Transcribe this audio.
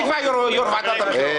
אז מי יקבע אם לא יושב ראש ועדת הבחירות?